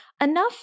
enough